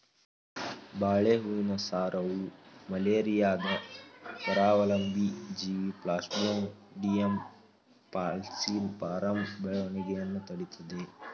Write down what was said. ಬಾಳೆ ಹೂವಿನ ಸಾರವು ಮಲೇರಿಯಾದ ಪರಾವಲಂಬಿ ಜೀವಿ ಪ್ಲಾಸ್ಮೋಡಿಯಂ ಫಾಲ್ಸಿಪಾರಮ್ ಬೆಳವಣಿಗೆಯನ್ನು ತಡಿತದೇ